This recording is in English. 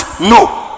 No